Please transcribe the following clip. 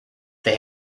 they